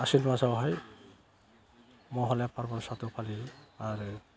आसिन मासावहाय महालया फोरबो साद्द' फालियो आरो